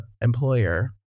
employer